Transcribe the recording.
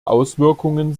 auswirkungen